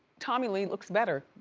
tommy lee looks better.